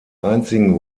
einzigen